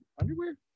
underwear